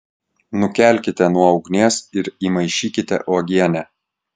nukelkite nuo ugnies ir įmaišykite uogienę